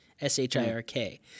S-H-I-R-K